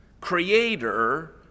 creator